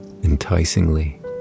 enticingly